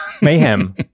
Mayhem